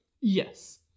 yes